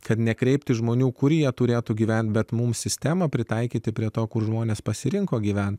kad nekreipti žmonių kurie turėtų gyventi bet mums sistemą pritaikyti prie to kur žmonės pasirinko gyventi